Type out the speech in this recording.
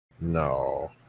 no